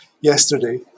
yesterday